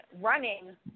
running